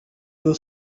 you